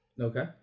okay